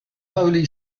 holy